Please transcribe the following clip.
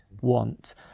want